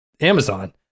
Amazon